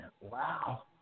wow